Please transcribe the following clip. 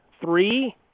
three